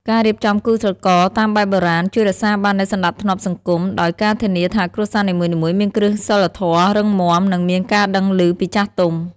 ការរៀបចំគូស្រករតាមបែបបុរាណ ជួយរក្សាបាននូវ "សណ្តាប់ធ្នាប់សង្គម" ដោយការធានាថាគ្រួសារនីមួយៗមានគ្រឹះសីលធម៌រឹងមាំ និងមានការដឹងឮពីចាស់ទុំ។